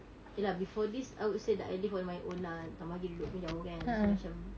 ya lah before this I would say that I live on my own lah pun duduk macam jauh kan so macam